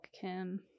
Kim